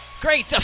Great